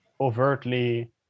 overtly